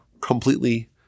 completely